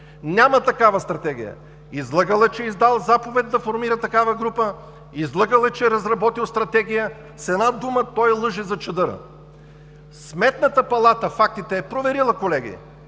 Няма такава стратегия. Излъгал е, че е издал заповед да формира такава група, излъгал е, че е разработил стратегия. С една дума – той лъже за чадъра. Фактите: Сметната палата е проверила, колеги,